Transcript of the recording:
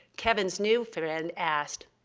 kevin's new friend asked,